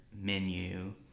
menu